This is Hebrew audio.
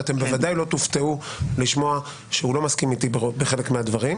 ואתם בוודאי לא תופתעו לשמוע שהוא לא מסכים איתי בחלק מהדברים.